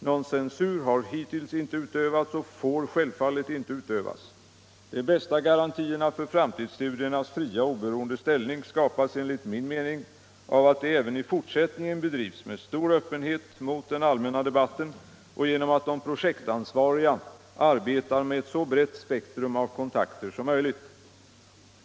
Någon censur har hittills inte utövats och får självfallet inte utövas. De bästa garantierna för framtidsstudiernas fria och oberoende ställning skapas enligt min mening av att de även i fortsättningen bedrivs med stor öppenhet mot den allmänna debatten och genom att de projektansvariga arbetar med ett så brett spektrum av kontakter som möjligt.